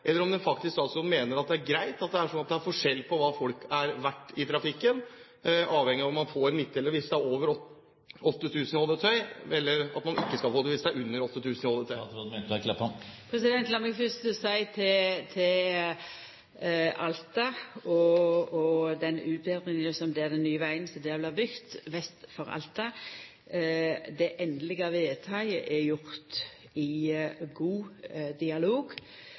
Eller mener statsråden det er greit at det er forskjell på hva folk er verdt i trafikken, at man får midtdelere når det er over 8 000 i årsdøgntrafikk, men at man ikke skal få det hvis det er under 8 000 i ÅDT? Lat meg fyrst seia til Alta og den utbetringa, den nye vegen som blir bygd vest for Alta: Det endelege vedtaket er gjort i god dialog